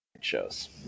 shows